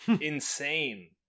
insane